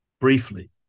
briefly